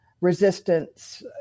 resistance